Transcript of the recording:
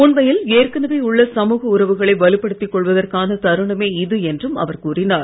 உண்மையில் ஏற்கனவே உள்ள சமூக உறவுகளை வலுப்படுத்திக் கொள்வதற்கான தருணமே இது என்றும் அவர் கூறினார்